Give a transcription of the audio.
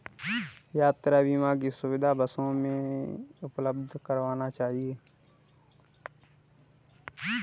यात्रा बीमा की सुविधा बसों भी उपलब्ध करवाना चहिये